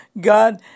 god